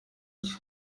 cye